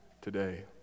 today